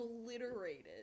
Obliterated